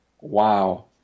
wow